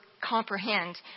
comprehend